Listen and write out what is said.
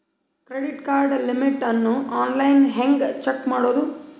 Credit card limit ಅನ್ನು online ಹೆಂಗ್ check ಮಾಡೋದು?